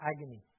agony